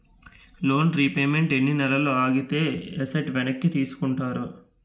Loan repayment ఎన్ని నెలలు ఆగితే ఎసట్ వెనక్కి తీసుకుంటారు?